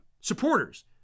supporters